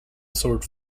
sword